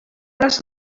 les